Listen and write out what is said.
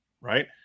right